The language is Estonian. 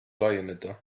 laieneda